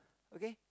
okay